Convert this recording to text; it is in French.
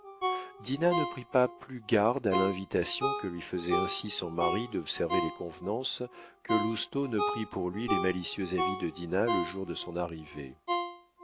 ne prit pas plus garde à l'invitation que lui faisait ainsi son mari d'observer les convenances que lousteau ne prit pour lui les malicieux avis de dinah le jour de son arrivée